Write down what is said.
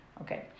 Okay